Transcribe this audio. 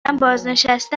بازنشسته